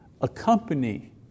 accompany